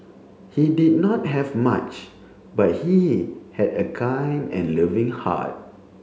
he did not have much but he had a kind and loving heart